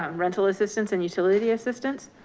um rental assistance and utility assistance.